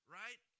right